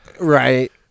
Right